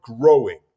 growing